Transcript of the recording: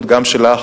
לראות